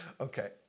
Okay